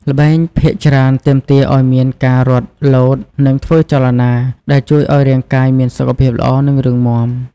ល្បែងភាគច្រើនទាមទារឱ្យមានការរត់ លោត និងធ្វើចលនា ដែលជួយឱ្យរាងកាយមានសុខភាពល្អ និងរឹងមាំ ។